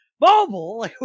Mobile